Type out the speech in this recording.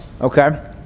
Okay